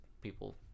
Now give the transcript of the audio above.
people